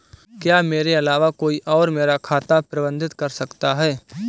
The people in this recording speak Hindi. क्या मेरे अलावा कोई और मेरा खाता प्रबंधित कर सकता है?